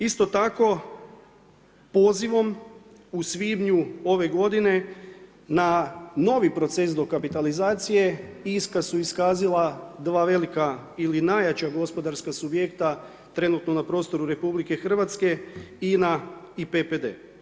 Isto tako pozivom u svibnju ove godine na novi proces dokapitalizacije iskaz su iskazala dva velika ili najjača gospodarska subjekta trenutno na prostoru RH, INA i PPD.